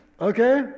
okay